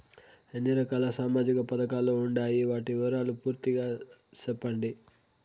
ఎన్ని రకాల సామాజిక పథకాలు ఉండాయి? వాటి వివరాలు పూర్తిగా సెప్పండి?